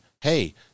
hey